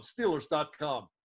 Steelers.com